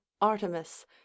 Artemis